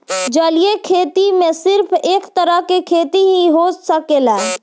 जलीय खेती में सिर्फ एक तरह के खेती ही हो सकेला